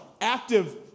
active